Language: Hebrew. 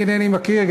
אני אינני מכיר,